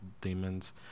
demons